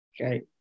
Okay